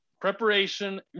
preparation